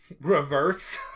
reverse